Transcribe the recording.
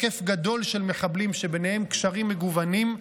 היקף גדול של מחבלים שביניהם קשרים מגוונים.